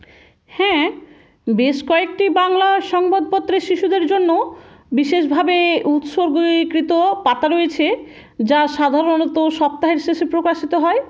হ্যাঁ বেশ কয়েকটি বাংলা সংবাদপত্রে শিশুদের জন্য বিশেষভাবে উৎসর্গীকৃত পাতা রয়েছে যা সাধারণত সপ্তাহের শেষে প্রকাশিত হয়